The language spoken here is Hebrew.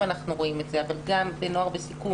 הרבה פעמים אותם נערים ונערות